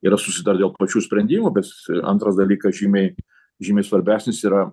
yra susitart dėl pačių sprendimų bet antras dalykas žymiai žymiai svarbesnis yra